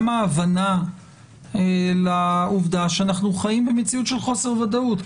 גם בהבנה לעובדה שאנחנו חיים במציאות של חוסר ודאות.